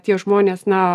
tie žmonės na